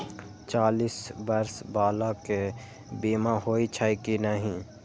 चालीस बर्ष बाला के बीमा होई छै कि नहिं?